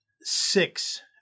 six